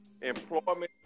employment